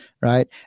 right